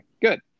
Good